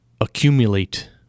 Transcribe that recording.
accumulate